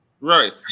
Right